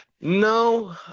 no